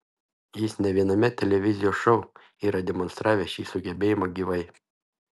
jis ne viename televizijos šou yra demonstravęs šį sugebėjimą gyvai